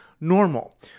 normal